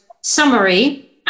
summary